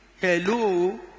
Hello